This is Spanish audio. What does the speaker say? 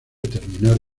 terminar